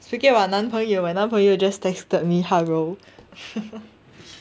speaking about 男朋友 my 男朋友 just texted me hello